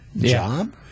job